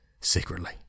secretly